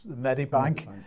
Medibank